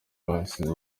bahasize